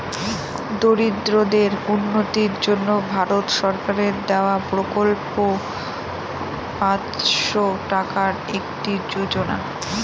দরিদ্রদের উন্নতির জন্য ভারত সরকারের দেওয়া প্রকল্পিত পাঁচশো টাকার একটি যোজনা